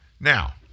Now